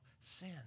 sin